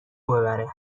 ببره